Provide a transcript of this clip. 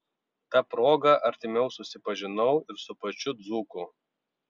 ta proga artimiau susipažinau ir su pačiu dzūku